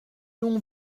l’on